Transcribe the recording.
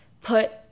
put